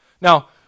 Now